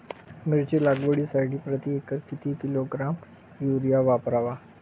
मिरची लागवडीसाठी प्रति एकर किती किलोग्रॅम युरिया वापरावा?